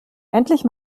endlich